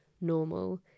normal